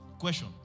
Question